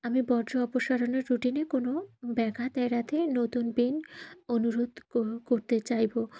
আমি বর্জ্য অপসারণের রুটিনে কোনো ব্যাঘাত এড়াতে নতুন বিন অনুরোধ করতে চাইবো